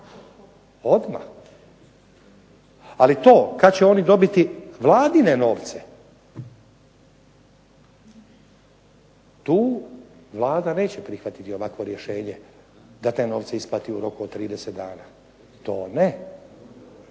odmah. Ali to kad će oni dobiti Vladine novce tu Vlada neće prihvatiti ovakvo rješenje da te novce isplati u roku od 30 dana, to ne